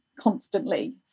constantly